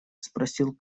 спросил